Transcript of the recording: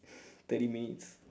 thirty minutes